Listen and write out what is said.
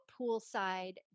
poolside